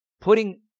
putting